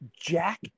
Jack